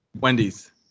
Wendy's